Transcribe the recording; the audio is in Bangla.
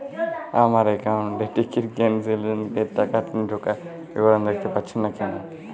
আমার একাউন্ট এ টিকিট ক্যান্সেলেশন এর টাকা ঢোকার বিবরণ দেখতে পাচ্ছি না কেন?